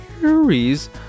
Series